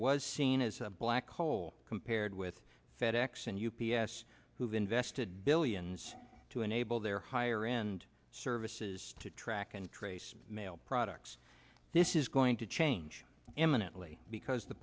was seen as a black hole compared with fed ex and u p s who've invested billions to enable their higher end services to track and trace mail products this is going to change imminently because the